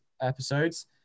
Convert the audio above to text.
episodes